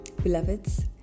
Beloveds